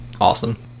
Awesome